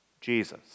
Jesus